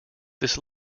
this